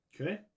okay